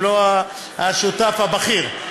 אם לא השותף הבכיר,